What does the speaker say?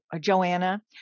Joanna